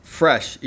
fresh